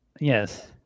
Yes